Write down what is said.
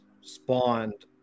spawned